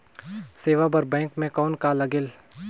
सेवा बर बैंक मे कौन का लगेल?